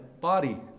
body